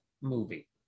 movie